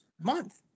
month